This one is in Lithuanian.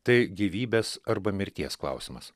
tai gyvybės arba mirties klausimas